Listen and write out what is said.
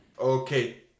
Okay